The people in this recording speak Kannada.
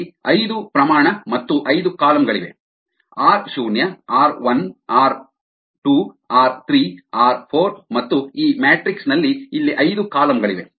ಇಲ್ಲಿ ಐದು ಪ್ರಮಾಣ ಮತ್ತು ಐದು ಕಾಲಮ್ ಗಳಿವೆ ಆರ್ ಶೂನ್ಯ ಆರ್ 1 ಆರ್ 2 ಆರ್ 3 ಆರ್ 4 ಮತ್ತು ಈ ಮ್ಯಾಟ್ರಿಕ್ಸ್ ನಲ್ಲಿ ಇಲ್ಲಿ ಐದು ಕಾಲಮ್ ಗಳಿವೆ